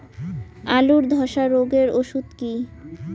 আলুর ধসা রোগের ওষুধ কি?